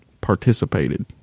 participated